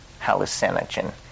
hallucinogen